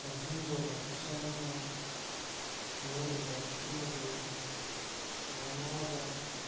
ꯃꯥꯡꯍꯟꯗ꯭ꯔꯕ ꯄꯣꯠꯁꯛ ꯑꯃ ꯃꯤꯑꯣꯏꯕꯗ ꯄꯤꯅꯕꯤ ꯀꯃꯥꯏꯅꯅꯣ ꯍꯥꯏꯕꯗ